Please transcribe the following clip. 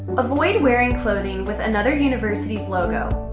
avoid wearing clothing with another university's logo,